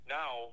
now